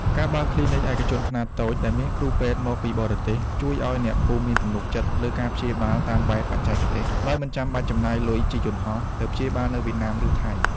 ការបើក "គ្លីនិកឯកជនខ្នាតតូច" ដែលមានគ្រូពេទ្យមកពីបរទេស ជួយឱ្យអ្នកភូមិមានទំនុកចិត្តលើការព្យាបាលតាមបែបបច្ចេកទេស ដោយមិនចាំបាច់ចំណាយលុយជិះយន្តហោះទៅព្យាបាលនៅវៀតណាម ឬថៃ។